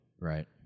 Right